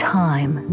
time